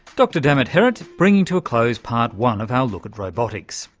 dr damith herath, bringing to a close part one of our look at robotics.